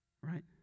right